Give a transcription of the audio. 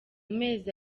mezi